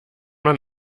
man